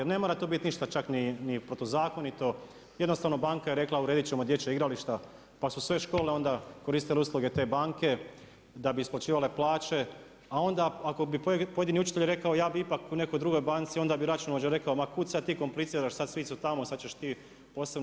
Ne mora tu biti ništa čak niti protuzakonito, jednostavno, banka je rekla, urediti ćemo dječje igrališta, pa su sve škola onda koristile usluge te banke, da bi isplaćivale plaće, a onda ako bi pojedini učitelj rekao, ja bi ipak u nekoj drugoj banci, onda bi računovođa rekao, ma kud sad ti kompliciraš, sad svi su tamo, sad ćeš ti posebno.